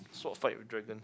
sword fight with dragon